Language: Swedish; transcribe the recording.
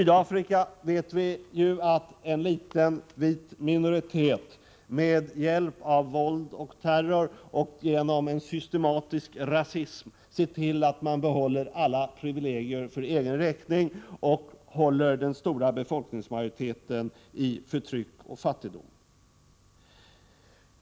Där vet vi att en liten vit minoritet med hjälp av våld och terror samt genom en systematisk rasism ser till att behålla alla privilegier för egen räkning samtidigt som man håller den stora befolkningsmajoriteten i förtryck och fattigdom.